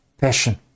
passion